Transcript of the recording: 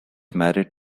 married